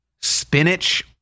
spinach